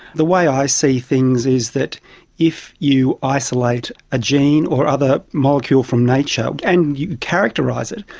the way i see things is that if you isolate a gene or other molecule from nature and you characterise it,